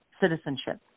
citizenship